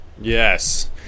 Yes